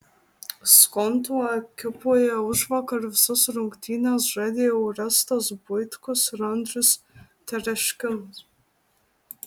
skonto ekipoje užvakar visas rungtynes žaidė orestas buitkus ir andrius tereškinas